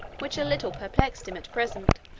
which a little perplexed him at present.